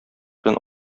белән